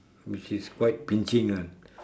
which is quite pinching ah